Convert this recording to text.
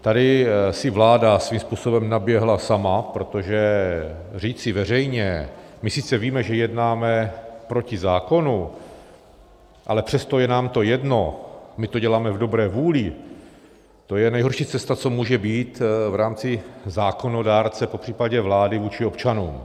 Tady si vláda svým způsobem naběhla sama, protože říci veřejně: My sice víme, že jednáme proti zákonu, ale přesto je nám to jedno, my to děláme v dobré vůli, to je nejhorší cesta, co může být v rámci zákonodárce, popřípadě vlády vůči občanům.